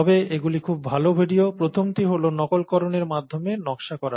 তবে এগুলি খুব ভাল ভিডিও প্রথমটি হল নকলকরণের মাধ্যমে নকশা করা